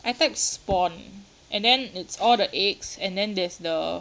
I type spawn and then it's all the eggs and then there's the